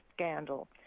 scandal